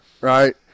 right